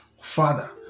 Father